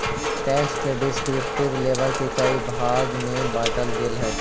tax के descriptive label के कई भाग में बांटल गेल हई